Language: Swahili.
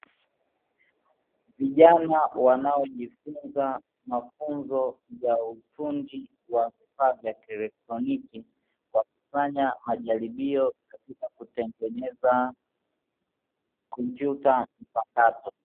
Vijana wanaojifunza mafunzo ya ufundi wa vifaa vya kielektroniki, kwa kufanya majaribio katika kutengeneza kompyuta mpakato.